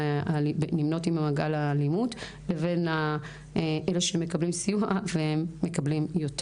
מעגל האלימות לבין אלה שמקבלים סיוע והם מקבלים יותר.